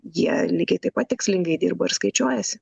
jie lygiai taip pat tikslingai dirba ir skaičiuojasi